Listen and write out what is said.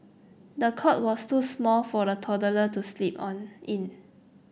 the cot was too small for the toddler to sleep on in